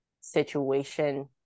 situation